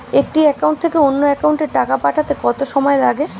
একটি একাউন্ট থেকে অন্য একাউন্টে টাকা পাঠাতে কত সময় লাগে?